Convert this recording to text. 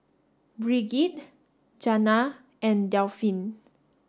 Brigid Jana and Delphin